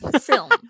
film